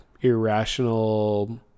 irrational